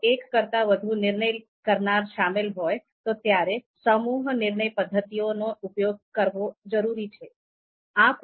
જો એક કરતાં વધુ નિર્ણય કરનાર શામેલ હોય તો ત્યારે સમૂહ નિર્ણય પદ્ધતિનો ઉપયોગ કરવો જરૂરી છે